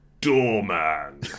Doorman